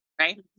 Right